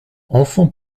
enfant